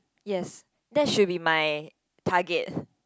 yes that should be my target